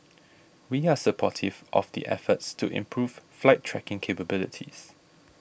we are supportive of the efforts to improve flight tracking capabilities